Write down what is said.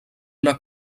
una